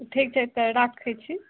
ठीक छै तऽ राखै छी